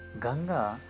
Ganga